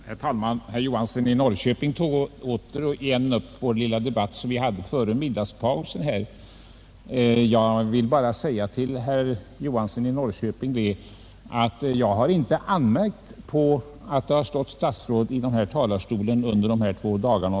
Herr talman! Herr Johansson i Norrköping tog återigen upp den lilla debatt, som vi förde före middagspausen. Jag vill bara säga till herr Johansson i Norrköping att jag inte har anmärkt på det förhållandet att en del statsråd har yttrat sig från denna talarstol under de två senaste dagarna.